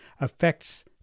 affects